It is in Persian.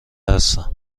هستم